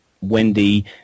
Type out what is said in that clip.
Wendy